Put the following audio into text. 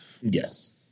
Yes